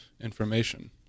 information